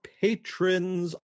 patrons